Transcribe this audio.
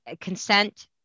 Consent